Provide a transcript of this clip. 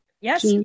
Yes